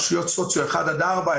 רשויות סוציו 1 עד 4,